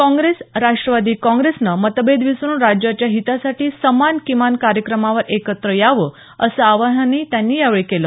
काँग्रेस राष्टवादी काँग्रेसनं मतभेद विसरून राज्याच्या हितासाठी समान किमान कार्यक्रमावर एकत्र यावं असं आवाहनही त्यांनी यावेळी केलं